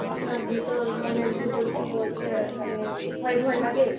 আপনার ভেতর মনের ভেতর কি মানে ভয় ভয় লাগে